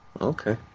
Okay